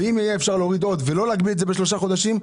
ואם יהיה אפשר להוריד עוד ולא להגביל את זה בשלושה חודשים,